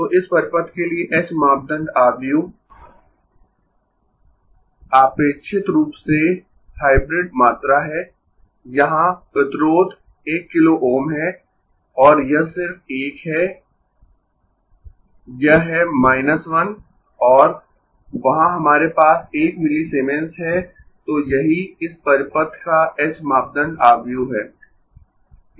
तो इस परिपथ के लिए h मापदंड आव्यूह आपेक्षित रूप से हाइब्रिड मात्रा है यहां प्रतिरोध 1 किलो Ω है और यह सिर्फ एक है यह है 1 और वहां हमारे पास 1 मिलीसीमेंस है तो यही इस परिपथ का h मापदंड आव्यूह है